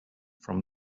from